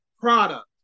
product